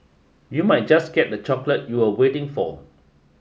you might just get that chocolate you are waiting for